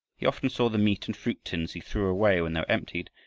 he often saw the meat and fruit tins he threw away when they were emptied,